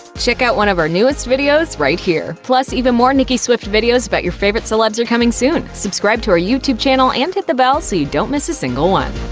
check out one of our newest videos right here! plus, even more nicki swift videos about your favorite celebs are coming soon. subscribe to our youtube channel and hit the bell so you don't miss a single one.